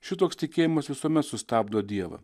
šitoks tikėjimas visuomet sustabdo dievą